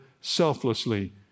selflessly